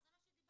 זה אומר